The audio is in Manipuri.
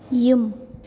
ꯌꯨꯝ